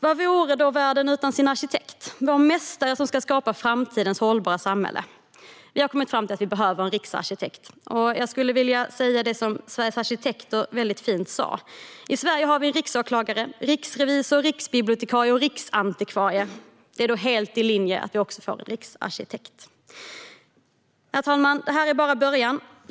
Vad vore världen utan sin arkitekt, vår mästare som ska skapa framtidens hållbara samhällen? Vi har kommit fram till att det behövs en riksarkitekt. Jag vill säga det som Sveriges Arkitekter väldigt fint sa: I Sverige har vi riksåklagare, riksrevisorer, riksbibliotekarie och riksantikvarie. Det är helt i linje med det att vi också får en riksarkitekt. Herr talman! Det här är bara början.